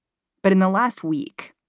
but in the last week,